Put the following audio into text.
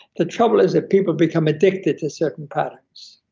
the trouble is that people become addicted to certain products.